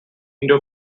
indo